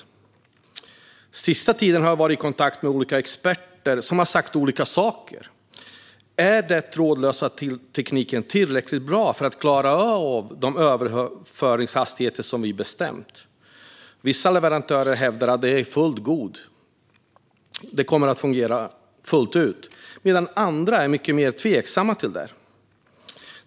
Den senaste tiden har jag varit i kontakt med olika experter som har sagt olika saker. Är den trådlösa tekniken tillräckligt bra för att klara de överföringshastigheter som vi har bestämt? Vissa leverantörer hävdar att den är fullgod och kommer att fungera fullt ut, medan andra är mycket mer tveksamma till det.